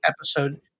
episode